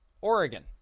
Oregon